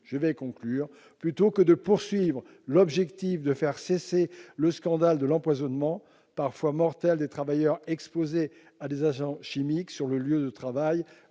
risques connus. « Plutôt que de poursuivre l'objectif de faire cesser le scandale de l'empoisonnement, parfois mortel, des travailleurs exposés à des agents chimiques sur leur lieu de travail,